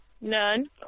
none